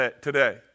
today